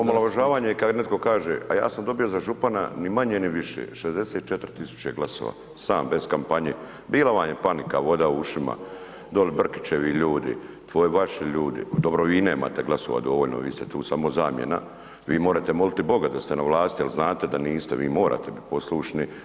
Omalovažavanje je kad netko kaže, a ja sam dobio za župana ni manje ni više 64.000 glasova, sam bez kampanje, bila vam je panika, voda u ušima, dol Brkićevi ljudi, …/nerazumljivo/… ljudi, dobro vi nemate glasova dovoljno, vi ste tu samo zamjena, vi morete moliti boga da ste na vlasti, al znate da niste, vi morate biti poslušni.